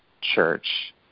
church